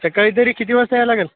सकाळी तरी किती वाजता यायला लागेल